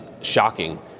shocking